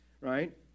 right